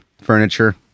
furniture